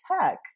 tech